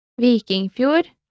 Vikingfjord